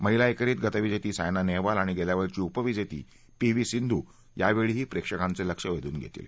महिला एकेरीत गतविजेती सायना नेहवाल आणि गेल्या वेळची उपविजेती पी व्ही सिंधू यावेळीही प्रेक्षकांचं लक्ष वेधून घेतील